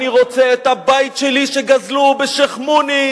אני רוצה את הבית שלי, שגזלו בשיח'-מוניס,